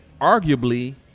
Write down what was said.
arguably